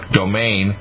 domain